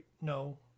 No